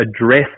address